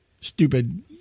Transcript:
stupid